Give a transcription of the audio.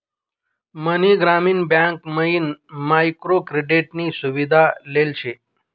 मनी ग्रामीण बँक मयीन micro credit नी सुविधा लेल शे